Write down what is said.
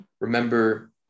remember